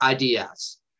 IDS